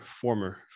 former